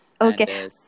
Okay